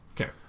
Okay